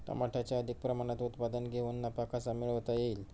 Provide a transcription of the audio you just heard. टमाट्याचे अधिक प्रमाणात उत्पादन घेऊन नफा कसा मिळवता येईल?